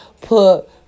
Put